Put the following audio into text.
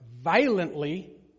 violently